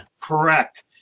Correct